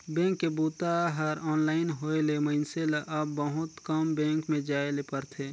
bank के बूता हर ऑनलाइन होए ले मइनसे ल अब बहुत कम बेंक में जाए ले परथे